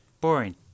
boring